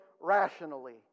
rationally